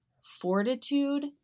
fortitude